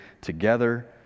together